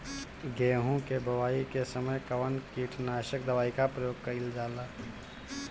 गेहूं के बोआई के समय कवन किटनाशक दवाई का प्रयोग कइल जा ला?